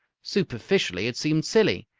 superficially it seemed silly,